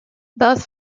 both